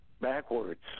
Backwards